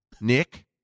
Nick